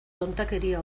tontakeria